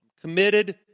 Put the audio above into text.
committed